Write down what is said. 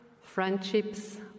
friendships